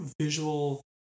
visual